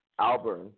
Alburn